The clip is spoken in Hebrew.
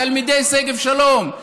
תלמידי שגב-שלום,